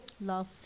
Love